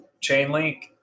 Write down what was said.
Chainlink